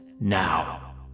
Now